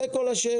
אלה כל השאלות.